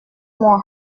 moi